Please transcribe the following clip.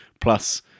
plus